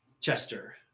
chester